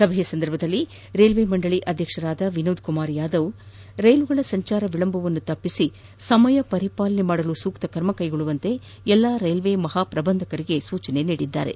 ಸಭೆ ಸಂದರ್ಭದಲ್ಲಿ ರೈಲ್ವೆ ಮಂಡಳಿ ಅಧ್ಯಕ್ಷ ವಿನೋದ್ಕುಮಾರ್ ಯಾದವ್ ಅವರು ರೈಲುಗಳ ಸಂಚಾರ ವಿಳಂಬವನ್ನು ತಪ್ಪಿಸಿ ಸಮಯ ಪರಿಪಾಲನೆ ಮಾಡಲು ಸೂಕ್ತ ಕ್ರಮ ಕೈಗೊಳ್ಳುವಂತೆ ಎಲ್ಲ ರೈಲ್ವೆ ಮಹಾ ಪ್ರಬಂಧಕರಿಗೆ ಸೂಚನೆ ನೀಡಿದರು